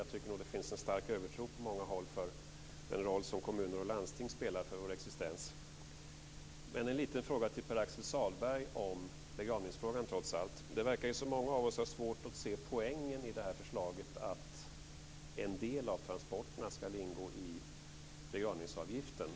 Jag tycker att det finns en stark övertro på många håll för den roll som kommuner och landsting spelar för vår existens. Jag har emellertid en liten fråga till Pär Axel Sahlberg om begravningsfrågan. Det verkar som om många av oss har svårt att se poängen i detta förslag att en del av transporterna skall ingå i begravningsavgiften.